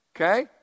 Okay